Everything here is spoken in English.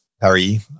Harry